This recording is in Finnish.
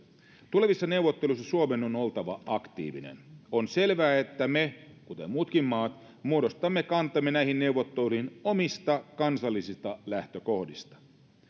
tulevissa neuvotteluissa suomen on oltava aktiivinen on selvää että me kuten muutkin maat muodostamme kantamme näihin neuvotteluihin omista kansallisista lähtökohdistamme